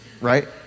right